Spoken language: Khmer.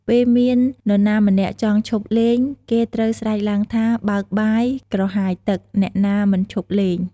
ពេលមាននរណាម្នាក់ចង់ឈប់លេង គេត្រូវស្រែកឡើងថា "បើកបាយ ក្រហាយទឹក អ្នកណាមិនឈប់លេង"។